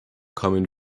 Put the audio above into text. kommen